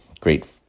great